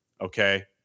Okay